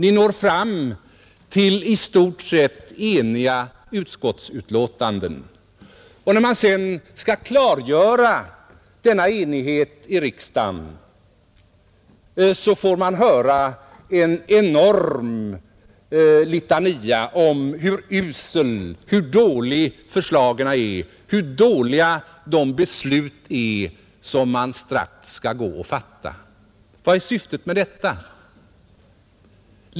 Ni når fram till i stort sett eniga utskottsbetänkanden, När denna enighet sedan skall klargöras i kammaren får man höra en enorm litania om hur usla förslagen är och hur dåliga de beslut är som strax skall fattas. Vad är syftet med detta?